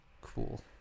Cool